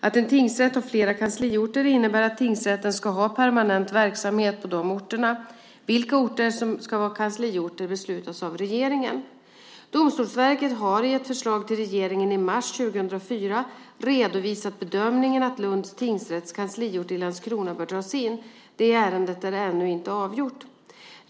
Att en tingsrätt har flera kansliorter innebär att tingsrätten ska ha permanent verksamhet på dessa orter. Vilka orter som ska vara kansliorter beslutas av regeringen. Domstolsverket har i ett förslag till regeringen i mars 2004 redovisat bedömningen att Lunds tingsrätts kansliort i Landskrona bör dras in. Det ärendet är ännu inte avgjort.